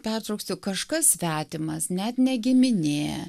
pertrauksiu kažkas svetimas net ne giminė